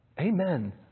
Amen